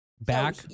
back